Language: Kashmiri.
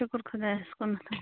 شُکُر خۄدایَس کُن